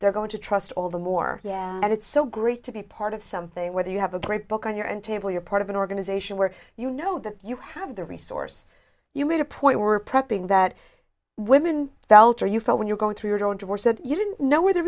they're going to trust all the more yeah and it's so great to be a part of something whether you have a great book on your and table you're part of an organization where you know that you have the resource you made a point were prepping that women felt or you felt when you're going through a divorce said you didn't know where the